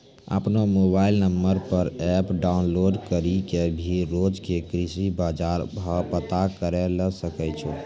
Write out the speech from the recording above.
आपनो mobile number पर app download करी कॅ भी रोज के कृषि बाजार भाव पता करै ल सकै छो